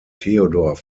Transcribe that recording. theodor